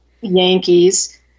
Yankees